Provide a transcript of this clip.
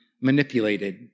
manipulated